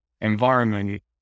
environment